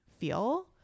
feel